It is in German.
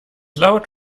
laut